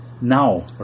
now